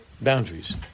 boundaries